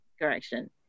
correction